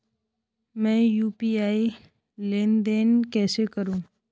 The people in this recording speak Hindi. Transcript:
मैं यू.पी.आई लेनदेन कैसे करूँ?